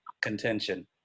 contention